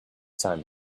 time